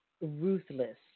ruthless